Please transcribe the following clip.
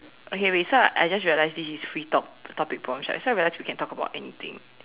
okay wait so I just realized this is free talk topic prompts right so I realize we can talk about anything